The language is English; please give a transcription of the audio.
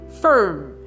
firm